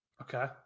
okay